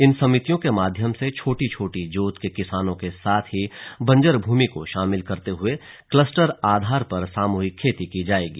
इन समितियों के माध्यम से छोटी छोटी जोत के किसानों के साथ ही बंजर भूमि को शामिल करते हुए क्लस्टर आधार पर सामूहिक खेती की जाएगी